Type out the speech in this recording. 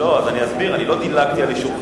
לא, אז אני אסביר: אני לא דילגתי על אישורך.